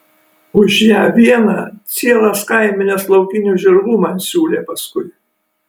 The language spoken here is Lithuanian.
už ją vieną cielas kaimenes laukinių žirgų man siūlė paskui